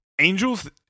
Angels